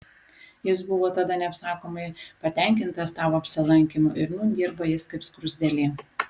jis buvo tada neapsakomai patenkintas tavo apsilankymu ir nūn dirba jis kaip skruzdėlė